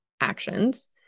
actions